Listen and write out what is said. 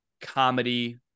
comedy